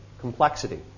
complexity